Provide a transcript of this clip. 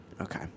Okay